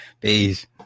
Peace